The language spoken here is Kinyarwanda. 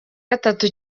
gatatu